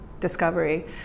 discovery